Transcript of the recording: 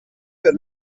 per